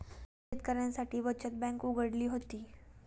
शेतकऱ्यांसाठी बचत बँक कुठे उघडली होती?